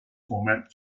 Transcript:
format